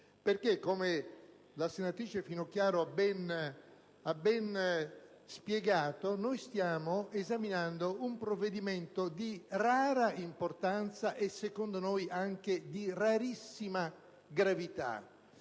perché - come la senatrice Finocchiaro ha ben spiegato - stiamo esaminando un provvedimento di rara importanza e, secondo noi, anche di rarissima gravità.